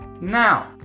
Now